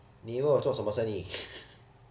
你以为我做什么生意